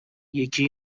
یکی